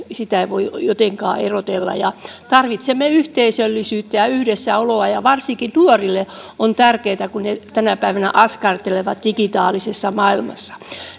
sitä ei voi jotenkaan erotella tarvitsemme yhteisöllisyyttä ja yhdessäoloa ja varsinkin nuorille on tärkeätä kun he tänä päivänä askartelevat digitaalisessa maailmassa